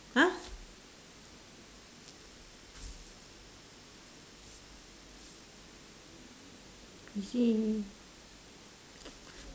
!huh! I see